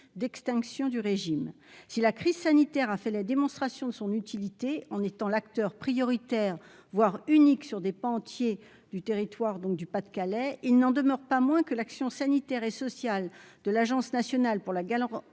d'extinction du régime, si la crise sanitaire a fait la démonstration de son utilité en étant l'acteur prioritaire, voire unique sur des pans entiers du territoire donc du Pas-de-Calais, il n'en demeure pas moins que l'action sanitaire et sociale de l'Agence nationale pour la galerie